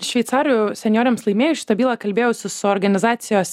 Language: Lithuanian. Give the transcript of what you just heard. šveicarių senjorėms laimėjus šitą bylą kalbėjausi su organizacijos